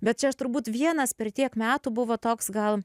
bet čia aš turbūt vienas per tiek metų buvo toks gal